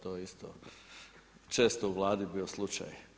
To je isto često u Vladi bio slučaj.